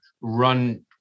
run